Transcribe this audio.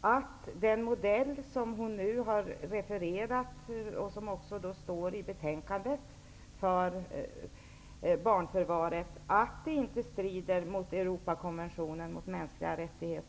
att den modell för förvarstagande av barn som hon nu har refererat och som presenteras i betänkandet inte strider mot Europakonventionen om mänskliga rättigheter?